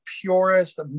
purest